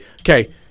okay